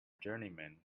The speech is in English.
journeyman